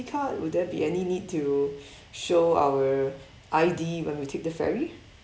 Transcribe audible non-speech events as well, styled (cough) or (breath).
card will there be any need to (breath) show our I_D when we take the ferry